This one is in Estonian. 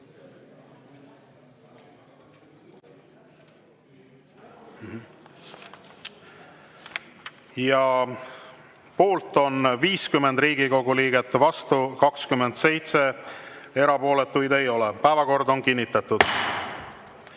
Poolt on 50 Riigikogu liiget, vastu 27, erapooletuid ei ole. Päevakord on kinnitatud.